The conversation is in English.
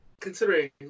Considering